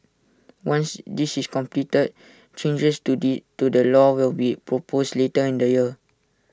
once this is completed changes to the to the law will be proposed later in the year